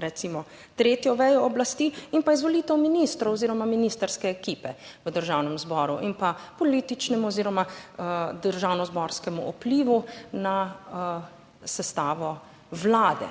recimo tretjo vejo oblasti in pa izvolitev ministrov oziroma ministrske ekipe v Državnem zboru in pa političnem oziroma državnozborskemu vplivu na sestavo vlade.